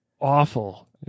awful